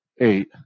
eight